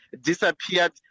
disappeared